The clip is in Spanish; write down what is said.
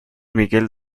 miguel